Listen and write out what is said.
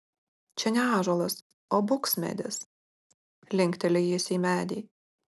čia ne ąžuolas o buksmedis linkteli jis į medį